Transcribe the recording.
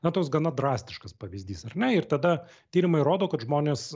na toks gana drastiškas pavyzdys ar ne ir tada tyrimai rodo kad žmonės